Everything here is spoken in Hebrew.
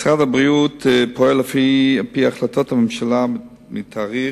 משרד הבריאות פועל על-פי החלטת הממשלה מס'